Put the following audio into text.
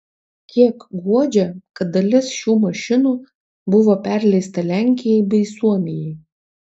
kiek guodžia kad dalis šių mašinų buvo perleista lenkijai bei suomijai